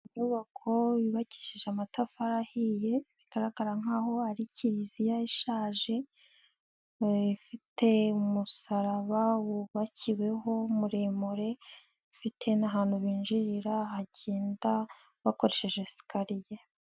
Inyubako yubakishije amatafari ahiye, bigaragara nkaho ari kiliziya ishaje, ifite umusaraba wubakiweho muremure, ifite n'ahantu binjirira hagenda, bakoresheje sikariye.